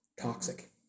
toxic